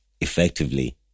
effectively